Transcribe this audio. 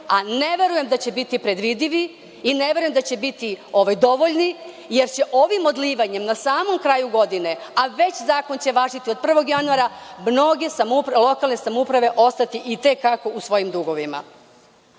a ne verujem da će biti predvidivi i ne verujem da će biti dovoljni jer će ovim odlivanjem na samom kraju godine, a već zakon će važiti od prvog januara, mnoge lokalne samouprave ostati i te kako u svojim dugovima. Ovim